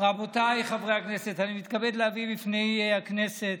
רבותיי חברי הכנסת, אני מתכבד להביא בפני הכנסת